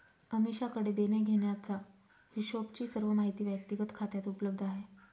अमीषाकडे देण्याघेण्याचा हिशोबची सर्व माहिती व्यक्तिगत खात्यात उपलब्ध आहे